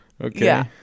Okay